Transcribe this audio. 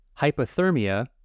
hypothermia